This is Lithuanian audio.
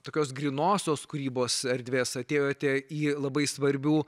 tokios grynosios kūrybos erdvės atėjote į labai svarbių